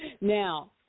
Now